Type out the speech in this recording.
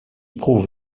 prouve